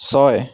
ছয়